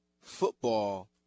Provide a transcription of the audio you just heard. football